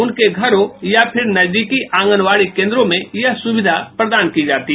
उनके घरों या फिर नजदीकि आंगनबाड़ी केन्द्रों में यह सुविधा प्रदान की जाती है